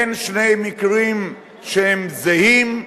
אין שני מקרים שהם זהים,